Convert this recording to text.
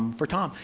for tom.